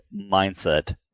mindset